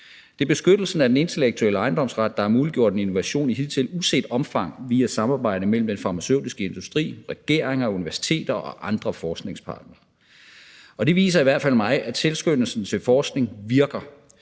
Det er beskyttelsen af den intellektuelle ejendomsret, der har muliggjort en innovation i hidtil uset omfang via samarbejde mellem den farmaceutiske industri, regeringer, universiteter og andre forskningspartnere. Det viser i hvert fald mig, at tilskyndelsen til forskning virker.